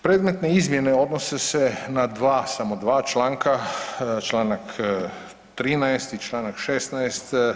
Predmetne izmjene odnose se na 2, samo 2 članka, Članak 13. i Članak 16.